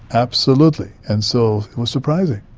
absolutely. and so it was surprising.